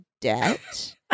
debt